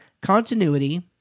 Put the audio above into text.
continuity